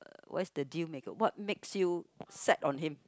what's the deal maker what makes you set on him